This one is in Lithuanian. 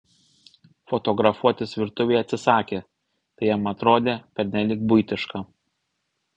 fotografuotis virtuvėje atsisakė tai jam atrodė pernelyg buitiška